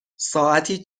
ساعتی